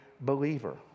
believer